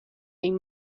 این